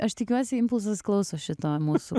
aš tikiuosi impulsas klauso šito mūsų